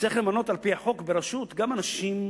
נצטרך למנות על-פי החוק ברשות גם אנשים אחרים.